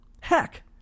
heck